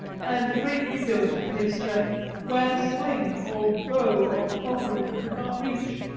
and great windows were placed here where sling, or bow, or culverin could not reach,